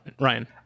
Ryan